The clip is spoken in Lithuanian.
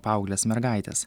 paaugles mergaites